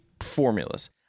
formulas